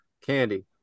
Candy